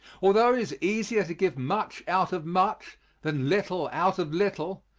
although it is easier to give much out of much than little out of little,